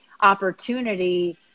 opportunity